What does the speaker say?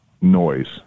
noise